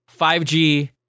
5G